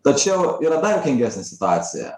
tačiau yra dar juokingesnė situacija